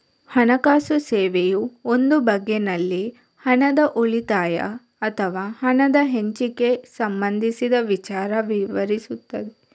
ಹಣಕಾಸು ಸೇವೆಯು ಒಂದು ಬಗೆನಲ್ಲಿ ಹಣದ ಉಳಿತಾಯ ಅಥವಾ ಹಣದ ಹಂಚಿಕೆಗೆ ಸಂಬಂಧಿಸಿದ ವಿಚಾರ ವಿವರಿಸ್ತದೆ